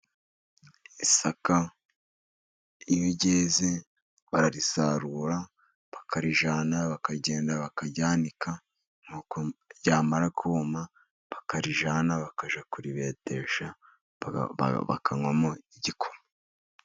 Isaka iyo ryeze bararisarura, bakarijyana, bakagenda bakaryanika, nuko ryamara kuma bakarijyana bakajya kuribetesha, bakanywamo igikoma.